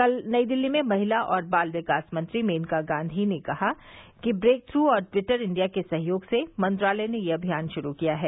कल नई दिल्ली में महिला और बाल विकास मंत्री मेनका गांधी ने कहा कि ट्रेकथ्र और ट्विटर इंडिया के सहयोग से मंत्रालय ने यह अभियान शुरू किया है